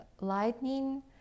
lightning